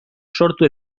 sortu